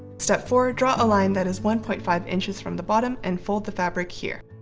step four. draw a line that is one point five inches from the bottom and fold the fabric here.